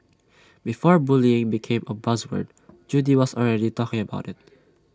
before bullying became buzz word Judy was already talking about IT